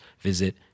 visit